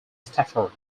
stafford